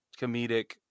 comedic